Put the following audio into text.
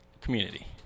Community